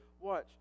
Watch